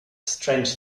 strange